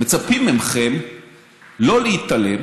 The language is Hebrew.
מצפים מכם לא להתעלם